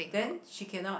then she cannot